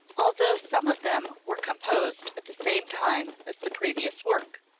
although some of them were composed at the same time as the previous work